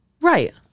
Right